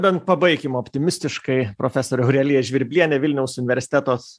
bent pabaikim optimistiškai profesorė aurelija žvirblienė vilniaus universiteto